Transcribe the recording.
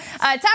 Time